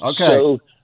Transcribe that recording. Okay